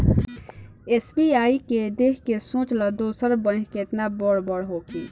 SBI के देख के सोच ल दोसर बैंक केतना बड़ बड़ होखी